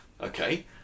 okay